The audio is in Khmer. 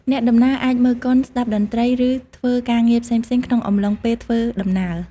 អ្នកដំណើរអាចមើលកុនស្តាប់តន្ត្រីឬធ្វើការងារផ្សេងៗក្នុងអំឡុងពេលធ្វើដំណើរ។